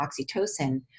oxytocin